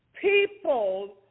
People